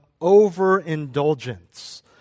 overindulgence